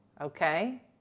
Okay